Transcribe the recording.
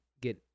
get